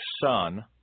son